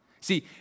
See